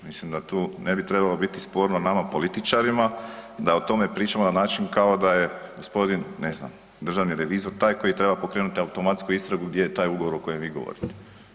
Mislim da tu ne bi trebalo biti sporno nama političarima da o tome pričamo na način kao da je gospodin, ne znam, državni revizor taj koji treba pokrenuti automatsku istragu gdje je taj ugovor o kojem vi govorite.